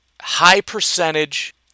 high-percentage